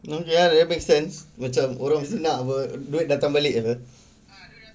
you know ya that make sense macam orang senang ke apa duit datang balik apa